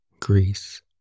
Greece